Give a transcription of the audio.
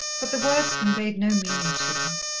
but the words conveyed no meaning to her.